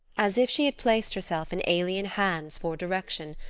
as if she had placed herself in alien hands for direction,